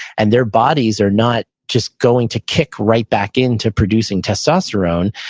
and their bodies are not just going to kick right back into producing testosterone.